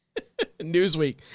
Newsweek